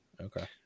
okay